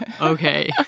okay